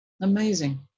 amazing